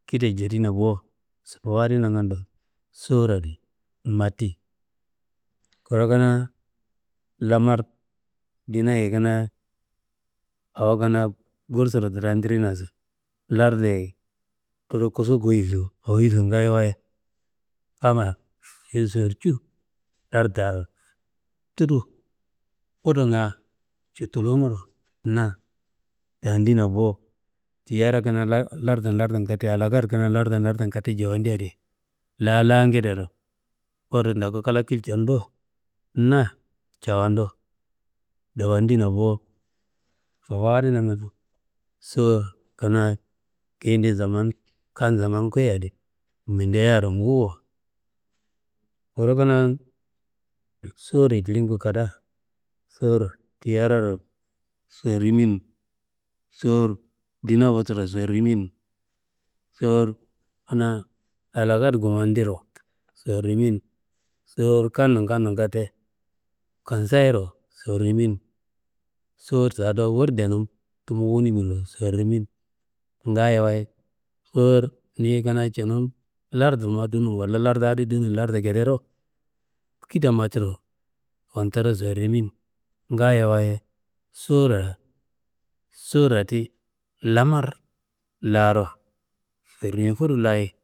Kida jedina bo, sobowu adi nangando, sowur adi matti. Kuru kanaa lamar dinaye kanaa awo kanaa gursuro dradirnaso, lardayi tudu kossu goyiso, awoyiso ngaayowaye lardaro tudu fudunga cutulunuro na tandina bo tiyera kanaa lartu n lartu n katte, alakatte kanaa lartu n lartu n katte jewondi adi la la ngedero kodu ndoku kla kiljenu do, na cafandu dawodina bo. Sobowu adi nangando sowur kanaa kayide zaman, kan zaman koyiye adi mindeyaro nguwuwo kuru kanaa sowuryi jilingu kadaa, sowur tiayararo sorimin, sowur dina wuturo sowurimin, sowur kanaa alakatte kumandiro sowurimin, sowur kan- nun kan- nun katte kessayiro sowurimin. Sowur da dowo wurdenum tumu wunimiro sowurimin ngaayowaye, sowur niyi kanaa cinum lartunuma dunum, walla lartu adi dunum lartu ngedero kida matturo fanturo sowurimin ngaayowaye sowurra sowurra ti lamar laaro sorimi fudulayi.